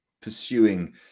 pursuing